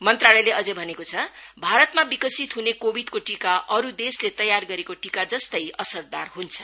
मंत्रालयले अझै भनेको छ भारतमा विकसित हुन कोविडको टीका अरू देशले तयार गरेको टीका जस्तै असरदार हुन्छ